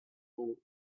hole